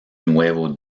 nuevo